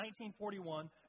1941